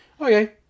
okay